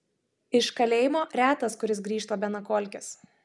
iš kalėjimo retas kuris grįžta be nakolkės